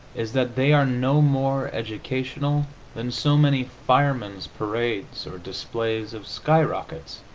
is that they are no more educational than so many firemen's parades or displays of sky-rockets,